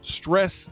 stress